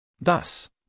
Thus